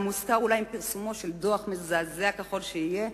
מוזכר אולי עם פרסומו של דוח מזעזע ככל שיהיה,